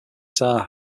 guitar